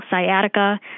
sciatica